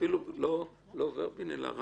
עלול להיות כאן